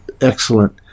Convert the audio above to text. excellent